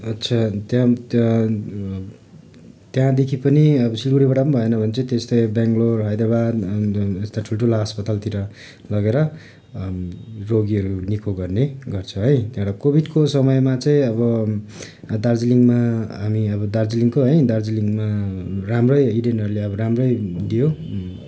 अच्छा त्यहाँ त्यहाँ त्यहाँदेखि पनि अब सिलगडीबाट पनि भएन भने चाहिँ त्यस्तै बेङ्गलोर हैदराबाद यस्ता ठुल्ठुला अस्पातालतिर लगेर रोगीहरू निएको गर्ने गर्छ है त्यहाँबाट कोभिडको समयमा चाहिँ अब दार्जिलिङमा हामी अब दार्जिलिङको है दार्जिलिङमा राम्रै इडेनहरूले राम्रै दियो